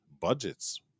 Budgets